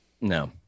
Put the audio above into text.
No